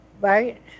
right